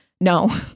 no